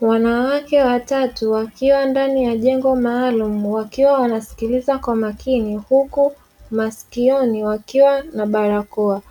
Wanawake watatu wakiwa ndani ya jengo maalumu, wakiwa wanasikiliza kwa makini huku masikioni wakiwa na barakoa.